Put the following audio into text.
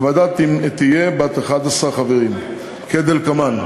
הוועדה תהיה בת 11 חברים, כדלקמן: